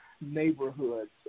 neighborhoods